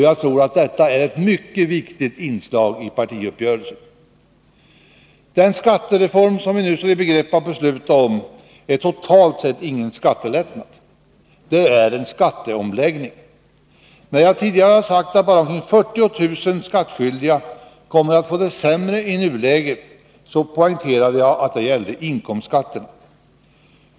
Jag tror att detta är ett mycket viktigt inslag i partiuppgörelsen. Den skattereform vi nu står i begrepp att besluta om är totalt sett ingen skattelättnad. Det är en skatteomläggning. När jag tidigare har sagt att bara omkring 40 000 skattskyldiga kommer att få det sämre än i nuläget, poängterade jag att det gällde inkomstskatterna.